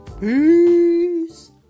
Peace